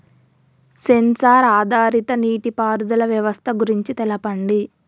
Censor ఆధారిత నీటిపారుదల వ్యవస్థ గురించి తెల్పండి?